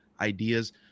ideas